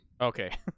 Okay